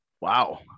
Wow